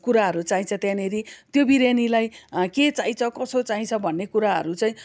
कुराहरू चाहिन्छ त्यहाँनिर त्यो बिरयानीलाई के चाहिन्छ कसो चाहिन्छ भन्ने कुराहरू चाहिँ